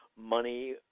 money